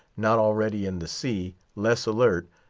not already in the sea, less alert,